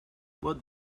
what